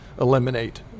eliminate